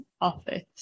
office